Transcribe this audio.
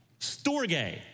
Storge